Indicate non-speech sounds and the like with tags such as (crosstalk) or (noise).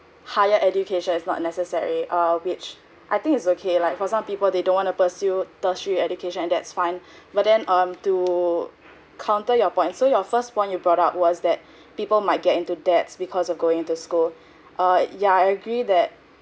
higher education is not necessary err which I think is okay like for some people they don't wanna pursue tertiary education that's fine (breath) but then um to counter your point so your first one you brought out was that (breath) people might get into debts because of going into school uh yeah I agree that